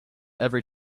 every